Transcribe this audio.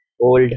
old